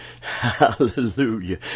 hallelujah